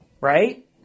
right